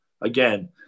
Again